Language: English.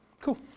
cool